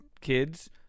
kids